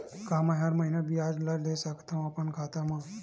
का मैं हर महीना ब्याज ला ले सकथव अपन खाता मा?